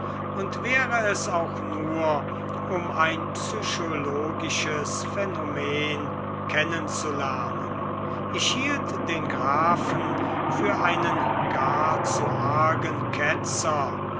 und wäre es auch nur um ein psychologisches phänomen kennen zu lernen ich hielt den grafen für einen gar zu argen ketzer